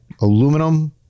aluminum